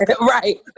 Right